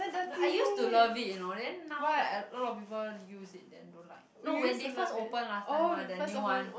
no I used to love it you know then now like a lot of people use it then don't like no when they first open last time mah the new one